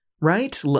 right